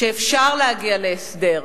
שאפשר להגיע להסדר,